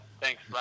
Thanks